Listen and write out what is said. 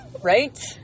Right